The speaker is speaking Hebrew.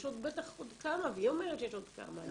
יש בטח עוד כמה והיא אומרת שיש עוד כמה.